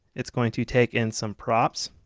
it's going to take in some props,